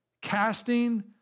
casting